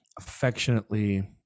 affectionately